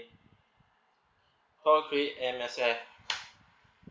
call three M_S_F